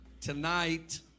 Tonight